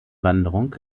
wanderung